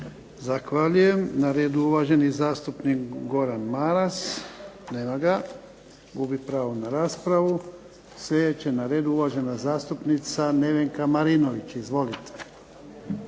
Zahvaljujem. Na redu je uvaženi zastupnik Goran Maras. Nema ga. Gubi pravo na raspravu. Sljedeća na radu uvažena zastupnica Nevenka Marinović. Izvolite.